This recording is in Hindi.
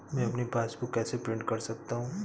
मैं अपनी पासबुक कैसे प्रिंट कर सकता हूँ?